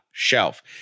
shelf